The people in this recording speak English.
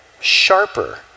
sharper